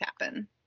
happen